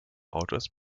autors